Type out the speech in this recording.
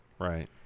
Right